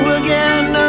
again